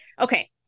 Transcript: Okay